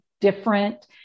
different